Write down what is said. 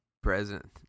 present